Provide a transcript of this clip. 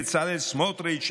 בצלאל סמוטריץ',